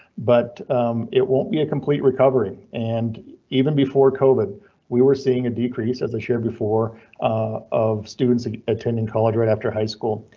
but it won't be a complete recovery. and even before covid we were seeing a decrease as i shared before of students attending college right after high school,